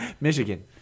Michigan